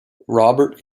robert